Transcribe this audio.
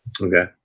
Okay